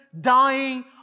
dying